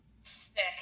Sick